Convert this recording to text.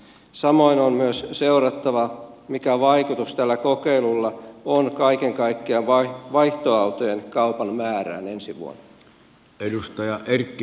samoin on myös seurattava mikä vaikutus tällä kokeilulla on kaiken kaikkiaan vaihtoautojen kaupan määrään ensi vuonna